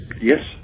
Yes